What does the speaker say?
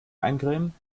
eincremen